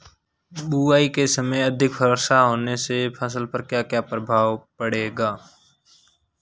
बुआई के समय अधिक वर्षा होने से फसल पर क्या क्या प्रभाव पड़ेगा?